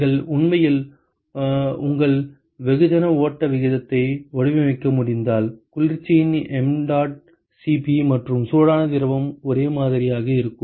நீங்கள் உண்மையில் உங்கள் வெகுஜன ஓட்ட விகிதத்தை வடிவமைக்க முடிந்தால் குளிர்ச்சியின் mdot Cp மற்றும் சூடான திரவம் ஒரே மாதிரியாக இருக்கும்